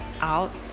out